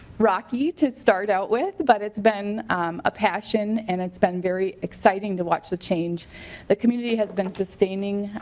rocky to start out with but it's been a passion and it's been very exciting to watch the change the committee has been sustaining